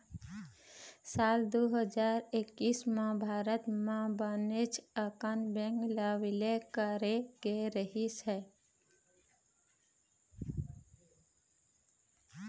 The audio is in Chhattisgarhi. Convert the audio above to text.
साल दू हजार एक्कइस म भारत म बनेच अकन बेंक ल बिलय करे गे रहिस हे